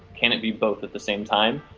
can it be both at the same time?